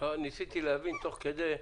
ניסיתי להבין תוך כדי,